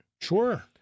Sure